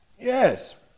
Yes